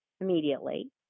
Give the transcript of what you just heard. immediately